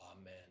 Amen